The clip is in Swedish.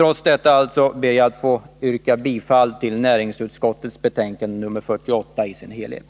Jag ber att få yrka bifall till näringsutskottets betänkande nr 48 i dess helhet.